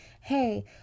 hey